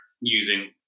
using